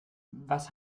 was